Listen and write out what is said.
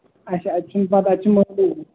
اَچھا اَتہِ چھُناہ پَتہٕ اَتہِ چھُنہٕ